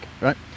right